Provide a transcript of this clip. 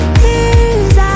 tears